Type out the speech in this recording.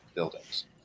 buildings